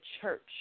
church